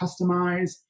customize